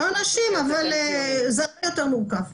זה הרבה יותר מורכב.